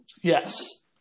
Yes